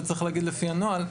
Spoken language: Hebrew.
וצריך להגיד לפי הנוהל,